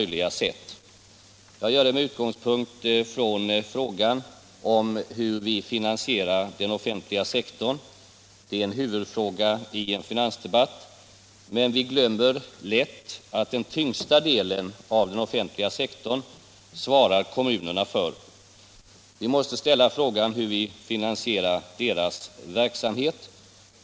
Jag gör det med utgångspunkt i frågan hur vi finansierar den offentliga sektorn. Det är en huvudfråga i en finansdebatt. Men vi glömmer lätt att kommunerna svarar för den tyngsta delen av den offentliga sektorn. Vi måste ställa frågan: Hur finansierar vi deras verksamhet?